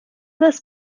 this